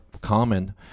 common